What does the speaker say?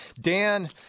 dan